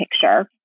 picture